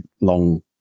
long